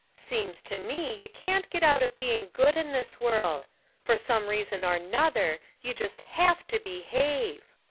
seems to me you can't get out of being good in this world for some reason or nother. you just have to behave.